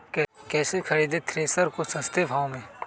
कैसे खरीदे थ्रेसर को सस्ते भाव में?